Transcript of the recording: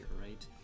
right